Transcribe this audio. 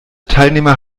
teilnehmer